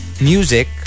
music